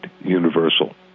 universal